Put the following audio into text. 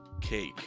cake